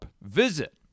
Visit